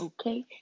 okay